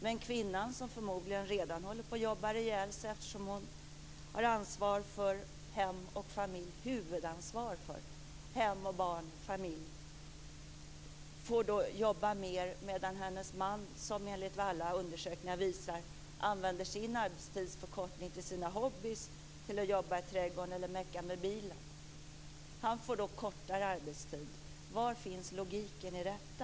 Men kvinnan, som förmodligen redan håller på att jobba ihjäl sig eftersom hon har huvudansvaret för hem, barn och familj, får jobba mer. Hennes man - som enligt alla undersökningar använder sin arbetstidsförkortning till sina hobbyer, till att jobba i trädgården eller meka med bilen - får kortare arbetstid. Var finns logiken i detta?